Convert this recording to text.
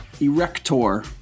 Erector